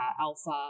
alpha